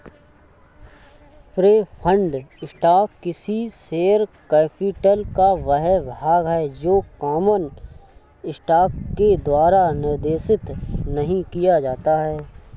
preferred stock किसी share capital का वह भाग है जो कॉमन स्टॉक के द्वारा निर्देशित नहीं किया जाता है